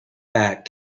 back